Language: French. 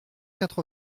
quatre